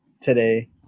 today